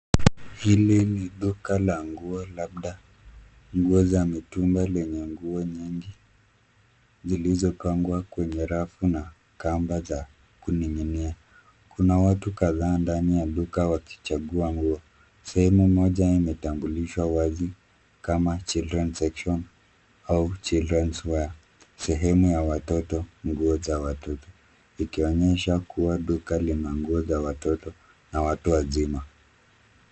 Hili ni duka la nguo labda nguo za mitumba lenye nguo nyingi zilizopangwa kwenye rafu na kamba za kuning'inia. Kuna watu kadhaa ndani ya duka wakichagua nguo. Sehemu moja imetambulishwa wazi kama Children's section au Childrens wear , sehemu ya watoto, nguo za watoto. Ikionyesha kuwa duka lina nguo za watoto na watu wazima.